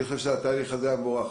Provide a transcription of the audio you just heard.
התהליך הזה היה מבורך.